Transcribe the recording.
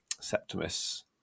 Septimus